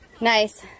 Nice